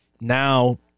now